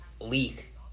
leak